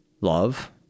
Love